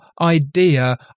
idea